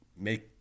make